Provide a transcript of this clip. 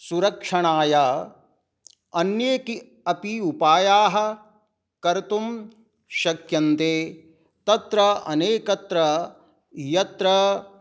सुरक्षणाय अन्ये कि अपि उपायाः कर्तुं शक्यन्ते तत्र अनेकत्र यत्र